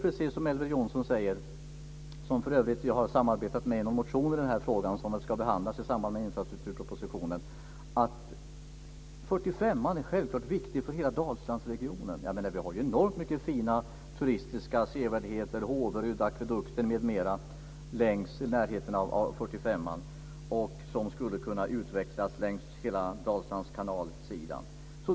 Precis som Elver Jonsson - som jag för övrigt har samarbetat med i en motion i frågan som väl ska behandlas i samband med infrastrukturpropositionen - säger så är 45:an självfallet viktig för hela Dalslandsregionen. Vi har ju enormt mycket fina turistiska sevärdheter, Håverudakvedukten m.m., i närheten av 45:an. Detta skulle kunna utvecklas längs hela Dalslandskanalsidan.